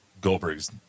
Goldberg's